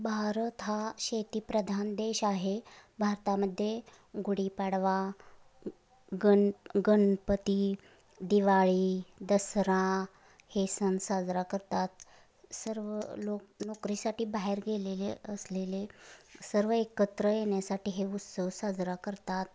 भारत हा शेतीप्रधान देश आहे भारतामध्ये गुढी पाडवा गण गणपती दिवाळी दसरा हे सण साजरा करतात सर्व लोक नोकरीसाठी बाहेर गेलेले असलेले सर्व एकत्र येण्यासाठी हे उत्सव साजरा करतात